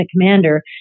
commander